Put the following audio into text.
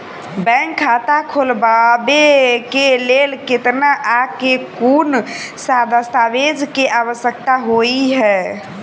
Bank खाता खोलबाबै केँ लेल केतना आ केँ कुन सा दस्तावेज केँ आवश्यकता होइ है?